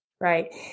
Right